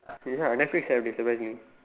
ya netflix have disable new